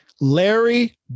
Larry